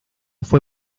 fue